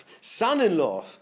son-in-law